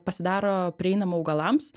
pasidaro prieinama augalams